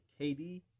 KD